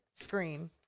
screen